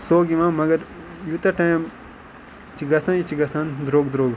سرٛوٚگ یِوان مَگَر یوٗتاہ ٹایِم چھِ گَژھان یہِ چھِ گَژھان درٛوٚگ درٛوٚگ